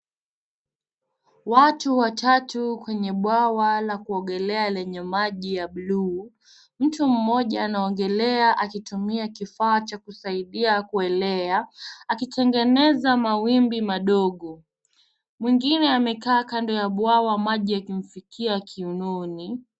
Watu watatu kwenye bwawa la kuogelea lenye maji ya bluu. Mtu mmoja anaogelea akitumia kifaa cha kusaidia kuelea akitengeneza mawimbi madogo. Mwingine amekaa kando ya bwawa maji yakimfikia kiunoni.